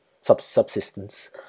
subsistence